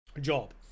job